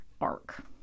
arc